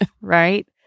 Right